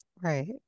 right